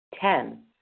Ten